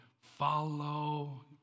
follow